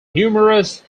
numerous